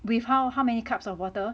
with how how many cups of water